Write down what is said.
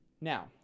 Now